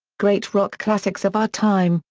great rock classics of our time,